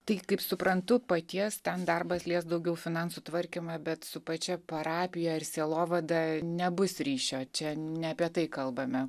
tai kaip suprantu paties ten darbas lies daugiau finansų tvarkymą bet su pačia parapija ir sielovada nebus ryšio čia ne apie tai kalbame